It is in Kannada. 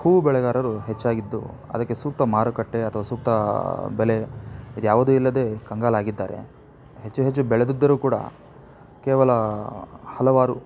ಹೂವು ಬೆಳೆಗಾರರು ಹೆಚ್ಚಾಗಿದ್ದು ಅದಕ್ಕೆ ಸೂಕ್ತ ಮಾರುಕಟ್ಟೆ ಅಥವಾ ಸೂಕ್ತ ಬೆಲೆ ಇದು ಯಾವುದು ಇಲ್ಲದೇ ಕಂಗಾಲಾಗಿದ್ದಾರೆ ಹೆಚ್ಚು ಹೆಚ್ಚು ಬೆಳೆದಿದ್ದರೂ ಕೂಡ ಕೇವಲ ಹಲವಾರು